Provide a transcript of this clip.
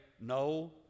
no